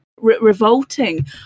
revolting